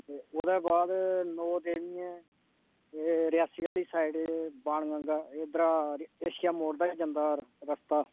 अच्छा हांजी हांजी